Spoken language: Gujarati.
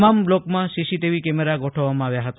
તમામ બ્લોકમાં સીસીટીવી કેમેરા ગોઠવવામાં આવ્યાં હતા